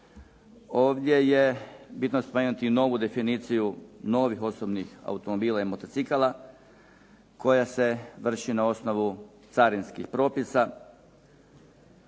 Ovdje je bitno spomenuti i novu definiciju novih osobnih automobila i motocikala koja se vrši na osnovu carinskih propisa